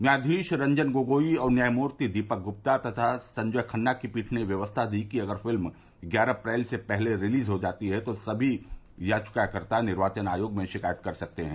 न्यायाधीश रंजन गोगोई और न्यायमूर्ति दीपक गुप्ता तथा संजय खन्ना की पीठ ने व्यवस्था दी कि अगर फिल्म ग्यारह अप्रैल से पहले रिलीज हो जाती है तभी याचिकाकर्ता निर्वाचन आयोग में शिकायत कर सकते है